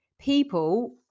people